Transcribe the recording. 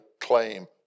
claim